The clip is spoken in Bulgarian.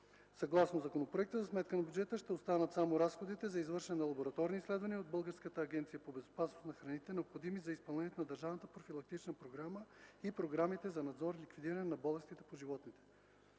Съгласно законопроекта за сметка на бюджета ще останат само разходите за извършване на лабораторни изследвания от Българската агенция по безопасност на храните, необходими за изпълнението на Държавната профилактична програма и програмите за надзор и ликвидиране на болести по животните.